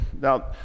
Now